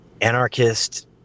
anarchist